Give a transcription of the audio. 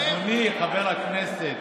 אדוני חבר הכנסת,